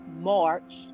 March